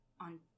on